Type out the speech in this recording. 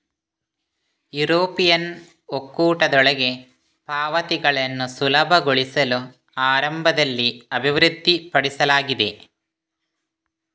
European ಒಕ್ಕೂಟದೊಳಗೆ ಪಾವತಿಗಳನ್ನು ಸುಲಭಗೊಳಿಸಲು ಆರಂಭದಲ್ಲಿ ಅಭಿವೃದ್ಧಿಪಡಿಸಲಾಗಿದೆ